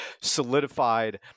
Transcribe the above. solidified